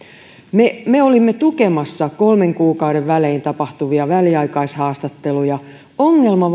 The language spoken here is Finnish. me me olimme tukemassa kolmen kuukauden välein tapahtuvia väliaikaishaastatteluja ongelma